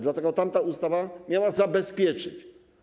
Dlatego tamta ustawa miała zabezpieczyć.